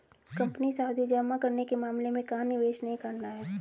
Company सावधि जमा के मामले में कहाँ निवेश नहीं करना है?